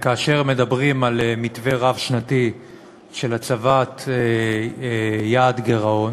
כאשר מדברים על מתווה רב-שנתי של הצבת יעד גירעון